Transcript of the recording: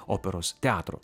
operos teatro